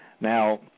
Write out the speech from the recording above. Now